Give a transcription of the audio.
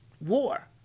war